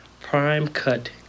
prime-cut